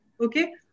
okay